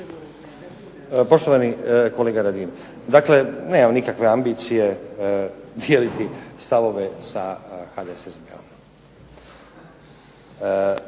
Poštovani kolega Radin, dakle nemam ambicije dijeliti stavove sa HDSSB-om,